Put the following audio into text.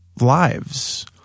lives